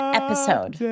episode